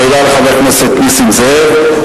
תודה לחבר הכנסת נסים זאב.